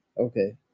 Okay